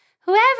Whoever